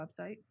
website